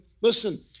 listen